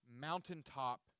mountaintop